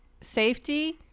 safety